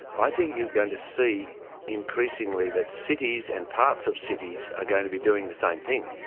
i think you're going to see increasingly that cities and parts of cities are going to be doing the same thing,